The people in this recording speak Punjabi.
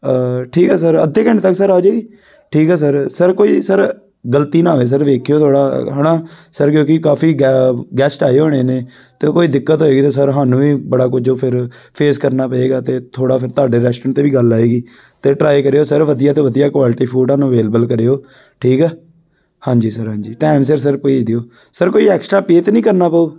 ਠੀਕ ਹੈ ਸਰ ਅੱਧੇ ਘੰਟੇ ਤੱਕ ਸਰ ਆ ਜਾਵੇਗੀ ਠੀਕ ਹੈ ਸਰ ਸਰ ਕੋਈ ਸਰ ਗ਼ਲਤੀ ਨਾ ਹੋਵੇ ਸਰ ਵੇਖਿਉ ਥੋੜ੍ਹਾ ਹੈ ਨਾ ਸਰ ਕਿਉਂਕਿ ਕਾਫ਼ੀ ਗੈਸਟ ਆਏ ਹੋਣੇ ਨੇ ਅਤੇ ਕੋਈ ਦਿੱਕਤ ਹੋਏਗੀ ਤਾਂ ਸਰ ਸਾਨੂੰ ਹੀ ਬੜਾ ਕੁਝ ਫੇਰ ਫੇਸ ਕਰਨਾ ਪਵੇਗਾ ਅਤੇ ਥੋੜ੍ਹਾ ਫੇਰ ਤੁਹਾਡੇ ਰੈਸਟੋਰੈਂਟ 'ਤੇ ਵੀ ਗੱਲ ਆਏਗੀ ਅਤੇ ਟਰਾਏ ਕਰਿਓ ਸਰ ਵਧੀਆ ਤੋਂ ਵਧੀਆ ਕੁਆਲਟੀ ਫੂਡ ਸਾਨੂੰ ਅਵੇਲੇਬਲ ਕਰਿਓ ਠੀਕ ਹੈ ਹਾਂਜੀ ਸਰ ਹਾਂਜੀ ਟਾਇਮ ਸਿਰ ਸਰ ਭੇਜ ਦਿਓ ਸਰ ਕੋਈ ਐਕਸਟਰਾ ਪੇ ਤਾਂ ਨਹੀਂ ਕਰਨਾ ਪਊ